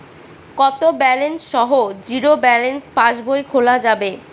কত ব্যালেন্স সহ zero balance পাসবই খোলা যাবে?